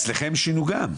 אצלכם שינו גם.